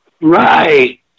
Right